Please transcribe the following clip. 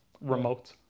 remote